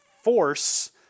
force